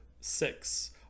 six